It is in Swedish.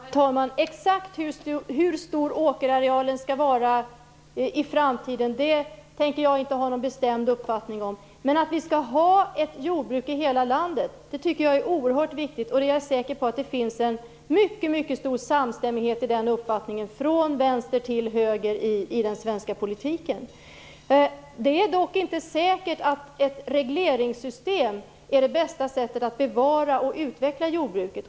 Herr talman! Exakt hur stor åkerarealen skall vara i framtiden tänker jag inte ha någon bestämd uppfattning om. Men att vi har ett jordbruk i hela landet, tycker jag är oerhört viktigt. Jag är säker på att det finns en mycket stor samstämmighet i den uppfattningen från vänster till höger i den svenska politiken. Det är dock inte säkert att ett regleringssystem är det bästa sättet att bevara och utveckla jordbruket.